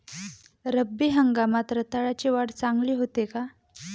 रब्बी हंगामात रताळ्याची वाढ चांगली होते का?